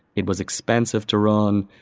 it was expensive to run.